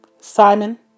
Simon